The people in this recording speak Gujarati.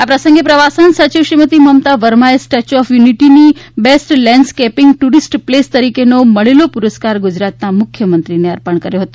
આ પ્રસંગે પ્રવાસન સચિવ શ્રીમતી મમતા વર્માએ સ્ટેચ્યૂ ઓફ યુનિટિની બેસ્ટ લેન્ડસ્કેપીંગ ટુરિસ્ટ પ્લેસ તરીકેનો મળેલો પુરસ્કાર ગુજરાતના મુખ્યમંત્રીને અર્પણ કર્યો હતો